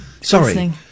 Sorry